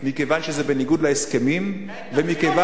מכיוון שזה בניגוד להסכמים ומכיוון,